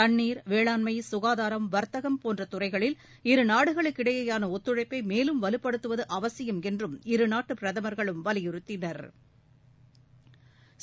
தண்ணீர் வேளாண்மை சுகாதாரம் வர்த்தகம் போன்ற துறைகளில் இருநாடுகளுக்கிடையேயான ஒத்துழைப்பை மேலும் வலுப்படுத்துவது அவசியம் என்றும் இருநாட்டு பிரதமா்களும் வலியுறுத்தினா்